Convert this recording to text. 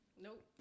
Nope